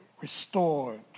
restored